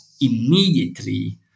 immediately